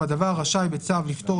כדי לדייק בדבר אני מבין שיש היום